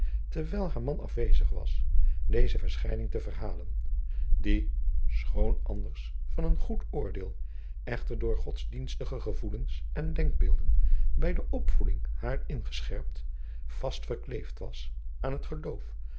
terwijl haar man afwezig was deze verschijning te verhalen die schoon anders van een goed oordeel echter door godsdienstige gevoelens en denkbeelden bij de opvoeding haar ingescherpt vast verkleefd was aan het geloof